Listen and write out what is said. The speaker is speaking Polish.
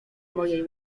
mojej